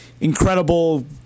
incredible